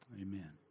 Amen